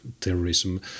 terrorism